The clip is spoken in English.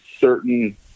certain